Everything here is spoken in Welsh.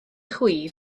chwi